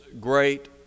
great